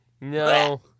No